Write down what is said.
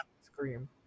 Scream